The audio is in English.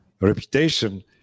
reputation